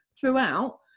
throughout